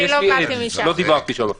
יש לי עד, לא דיברתי שם אפילו.